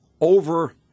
over